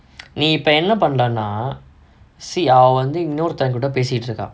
நீ இப்ப என்ன பண்ணலான்னா:nee ippa enna pannalaanaa see அவ வந்து இன்னொருத்த கூட பேசிட்டு இருக்கா:ava vanthu innorutha kooda pesittu irukaa